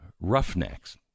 roughnecks